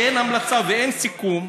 שאין המלצה ואין סיכום,